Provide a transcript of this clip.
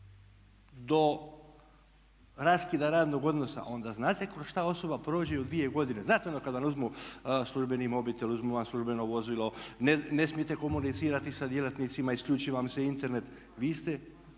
do raskida radnog odnosa, onda znate kroz šta osoba prođe u dvije godine. Znate, ono kad vam uzmu službeni mobitel, uzmu vam službeno vozilo, ne smijete komunicirati sa djelatnicima, isključi vam se Internet. Vi ste